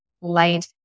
light